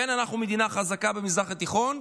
כן, אנחנו מדינה חזקה במזרח התיכון,